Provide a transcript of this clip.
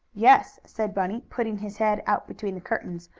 yes, said bunny, putting his head out between the curtains,